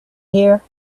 here